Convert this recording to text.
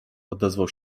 odezwał